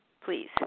please